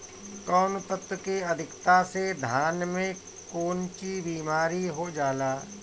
कौन तत्व के अधिकता से धान में कोनची बीमारी हो जाला?